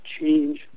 change